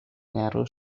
narrow